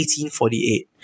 1848